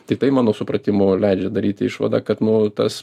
tiktai mano supratimu leidžia daryti išvadą kad nu tas